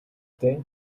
дээ